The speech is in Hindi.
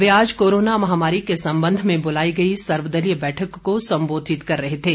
वे आज कोरोना महामारी के संबंध में बुलाई गई सर्वदलीय बैठक को संबोधित कर रहे थे